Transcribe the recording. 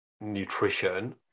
nutrition